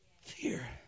fear